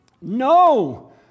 No